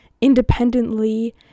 independently